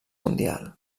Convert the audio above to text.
mundial